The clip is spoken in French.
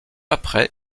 après